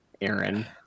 Aaron